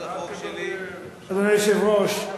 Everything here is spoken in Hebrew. אדוני היושב-ראש,